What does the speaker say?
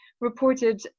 reported